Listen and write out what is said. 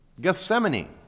Gethsemane